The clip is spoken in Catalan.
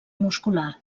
muscular